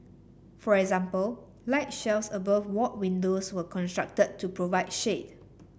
for example light shelves above ward windows were constructed to provide shade